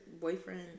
boyfriend